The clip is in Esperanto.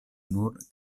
nur